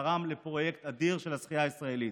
שתרם לפרויקט אדיר של השחייה הישראלית,